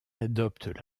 adopte